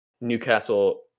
Newcastle